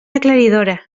aclaridora